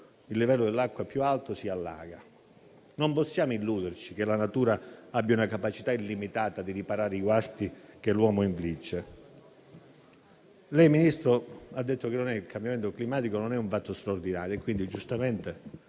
il livello dell'acqua più alto, si allaga. Non possiamo illuderci che la natura abbia una capacità illimitata di riparare i guasti che l'uomo infligge. Lei, signor Ministro, ha detto che il cambiamento climatico non è un fatto straordinario, quindi giustamente